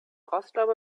rostlaube